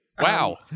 wow